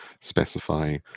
specify